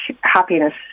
happiness